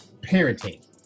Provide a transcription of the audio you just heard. parenting